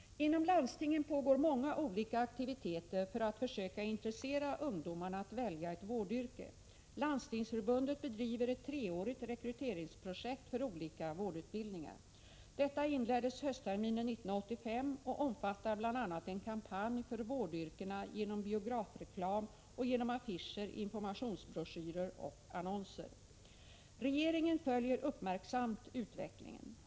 Inom landstingen pågår många olika aktiviteter för att försöka intressera ungdomarna att välja ett vårdyrke. Landstingsförbundet bedriver ett treårigt rekryteringsprojekt för olika vårdutbildningar. Detta inleddes höstterminen 1985 och omfattar bl.a. en kampanj för vårdyrkena genom biografreklam och genom affischer, informationsbroschyrer och annonser. Regeringen följer uppmärksamt utvecklingen.